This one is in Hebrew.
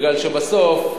כי בסוף,